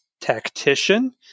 Tactician